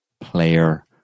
player